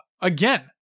Again